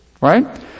right